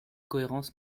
cohérence